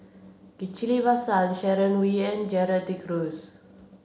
Ghillie Basan Sharon Wee and Gerald De Cruz